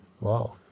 Wow